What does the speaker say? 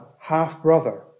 half-brother